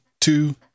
two